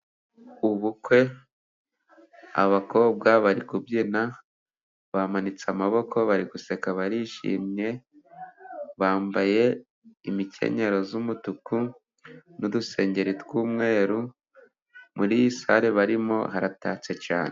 Ubukwe abakobwa bari kubyina bamanitse amaboko bari guseka barishimye, bambaye imikenyero y'umutuku n'udusengeri tw'umweru muri iyi sare barimo haratatse cyane.